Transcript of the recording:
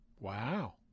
Wow